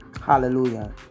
Hallelujah